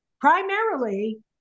primarily